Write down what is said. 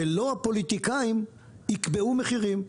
שלא הפוליטיקאים יקבעו מחירים.